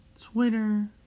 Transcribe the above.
Twitter